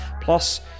Plus